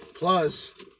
Plus